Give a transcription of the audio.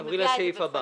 תעברי לסעיף הבא.